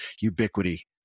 ubiquity